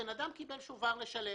אדם קיבל שובר לשלם